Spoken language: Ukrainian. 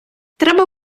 треба